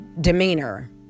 demeanor